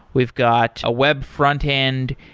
we've got a web frontend.